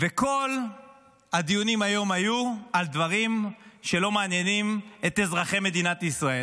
וכל הדיונים היום היו על דברים שלא מעניינים את אזרחי מדינת ישראל.